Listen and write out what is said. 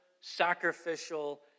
sacrificial